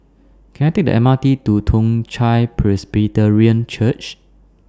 Can I Take The M R T to Toong Chai Presbyterian Church